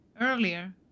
earlier